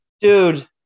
dude